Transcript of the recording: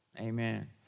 Amen